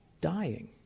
dying